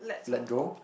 let go